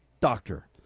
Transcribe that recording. doctor